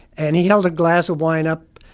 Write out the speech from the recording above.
and he held a glass of wine up.